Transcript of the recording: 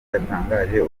yatangaje